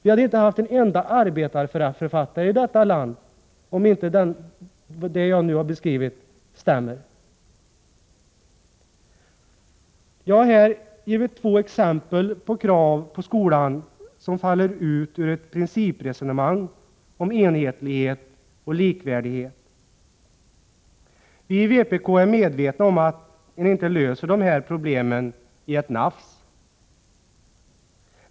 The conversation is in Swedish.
Vi hade inte haft en enda arbetarförfattare i detta land, om inte det jag nu har beskrivit stämmer. Jag har här givit två exempel på krav på skolan som faller ut ur ett principresonemang om enhetlighet och likvärdighet. Vi i vpk är medvetna om att man inte löser dessa problem i ett nafs.